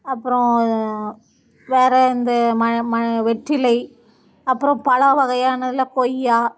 அப்புறம் வேறே இந்த மழ மழ வெற்றிலை அப்புறம் பல வகையானல கொய்யா